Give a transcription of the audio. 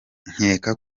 nkeka